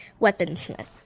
weaponsmith